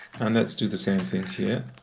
and let's do the same thing here.